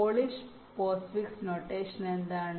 polish postfix notation എന്താണ്